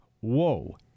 whoa